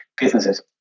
businesses